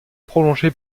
prolongée